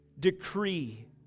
Decree